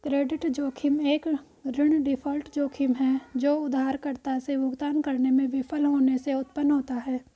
credit जोखिम एक ऋण डिफ़ॉल्ट जोखिम है जो उधारकर्ता से भुगतान करने में विफल होने से उत्पन्न होता है